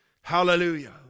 Hallelujah